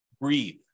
breathe